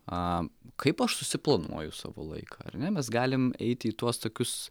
a kaip aš susiplanuoju savo laiką ar ne mes galim eiti į tuos tokius